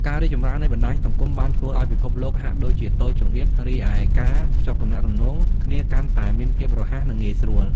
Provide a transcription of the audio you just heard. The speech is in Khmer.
ការរីកចម្រើននៃបណ្ដាញសង្គមបានធ្វើឲ្យពិភពលោកហាក់ដូចជាតូចចង្អៀត រីឯការភ្ជាប់ទំនាក់ទំនងគ្នាកាន់តែមានភាពរហ័ស និងងាយស្រួល។